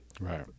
Right